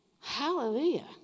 Hallelujah